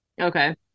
Okay